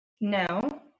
No